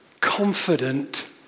confident